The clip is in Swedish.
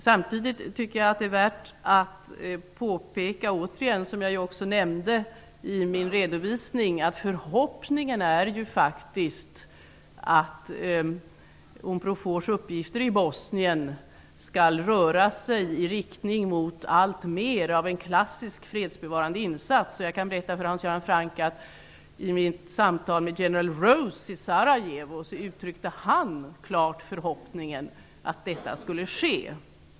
Samtidigt tycker jag att det är värt att återigen påpeka att, vilket jag också nämnde i min redovisning, förhoppningen faktiskt är att Unprofors uppgifter i Bosnien skall röra sig i riktning mot alltmer av en klassisk fredsbevarande insats. Jag kan berätta för Hans Göran Franck att i mitt samtal med general Rose i Sarajevo så uttryckte han klart förhoppningen att detta skulle ske.